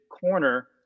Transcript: corner